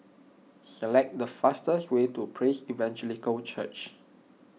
select the fastest way to Praise Evangelical Church